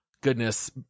goodness